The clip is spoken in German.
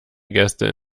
gäste